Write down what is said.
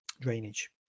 drainage